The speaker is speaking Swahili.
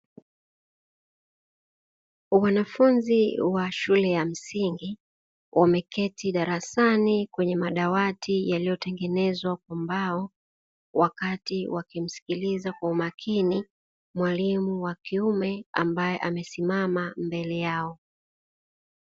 Wanafunzi wa shule ya msingi wameketi darasani kwenye madawati yaliyotengenezwa kwa mbao, wakati wakimsikiliza kwa umakini mwalimu wa kiume ambaye amesimama mbele yao.